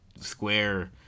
square